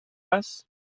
است